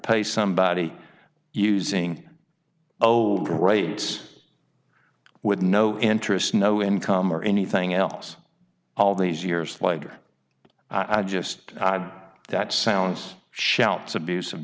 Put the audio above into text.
pay somebody using old rates with no interest no income or anything else all these years later i just that sounds s